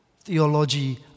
Theology